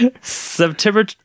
September